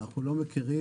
אנחנו לא מכירים,